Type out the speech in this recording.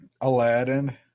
Aladdin